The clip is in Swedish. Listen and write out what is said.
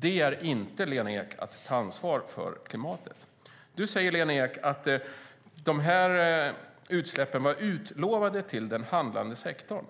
Det är inte, Lena Ek, att ta ansvar för klimatet. Du säger, Lena Ek, att de här utsläppen var utlovade till den handlande sektorn.